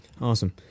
Awesome